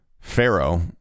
Pharaoh